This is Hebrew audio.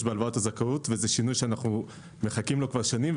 בהלוואות הזכאות ושזה שינוי שחיכינו לו שנים.